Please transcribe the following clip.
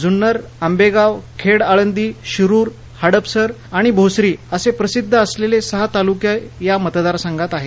जुन्नर आंबेगाव खेड आळंदी शिरुर हडपसर आणि भोसरी असे प्रसिद्ध असलेले सहा तालुके या मतदारसंघात आहेत